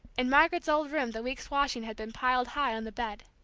in margaret's old room the week's washing had been piled high on the bed.